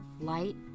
light